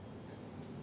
ya ya ya